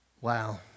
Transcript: Wow